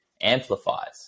amplifies